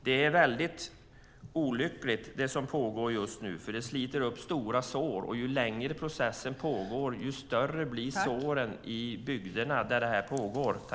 Det som pågår just nu är väldigt olyckligt, för det sliter upp stora sår, och ju längre processen pågår, desto större blir såren i bygderna.